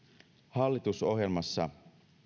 hallitusohjelmassa